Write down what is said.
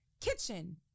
Kitchen